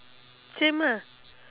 same lah